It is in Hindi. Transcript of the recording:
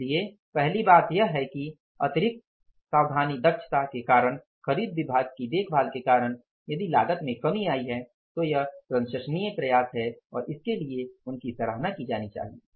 इसलिए पहली बात यह है कि अतिरिक्त सावधानी दक्षता के कारण खरीद विभाग की देखभाल के कारण यदि लागत में कमी आई है तो यह प्रशंसनीय प्रयास है और इसके लिए उनकी सराहना की जानी चाहिए